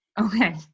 okay